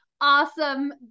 awesome